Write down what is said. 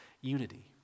unity